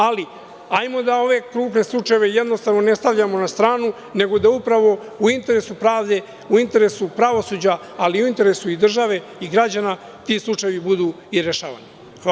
Ali, hajmo da ove krupne slučajeve jednostavno ne stavljamo na stranu, nego da upravo u interesu pravde, u interesu pravosuđa, ali i u interesu države i građana ti slučajevi budu i rešavani.